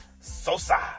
Sosa